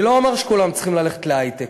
אני לא אומר שכולם צריכים ללכת להיי-טק.